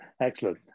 excellent